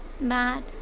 Mad